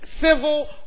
civil